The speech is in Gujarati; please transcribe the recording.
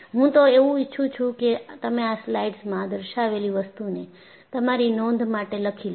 હું તો એવું ઈચ્છું છું કે તમે આ સ્લાઈડ્સમાં દર્શાવેલી વસ્તુ ને તમારી નોંધ માટે લખી લ્યો